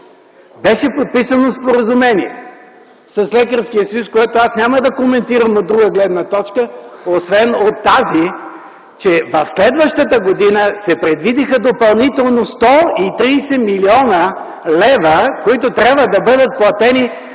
беше подписано споразумение с Лекарския съюз, което аз няма да коментирам от друга гледна точка, освен от тази, че в следващата година се предвидиха допълнително 130 млн. лв., които трябва да бъдат платени